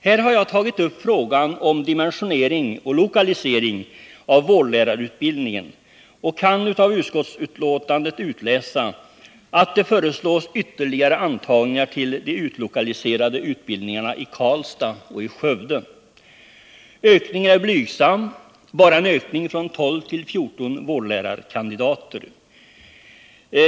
Här har jag tagit upp frågan om dimensionering och lokalisering av vårdlärarutbildningen och kan av utskottsbetänkandet utläsa, att det föreslås ytterligare antagningar till de utlokaliserade utbildningarna i Karlstad och Skövde. Ökningen är blygsam — bara en utökning från tolv till fjorton vårdlärarkandidater.